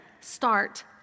start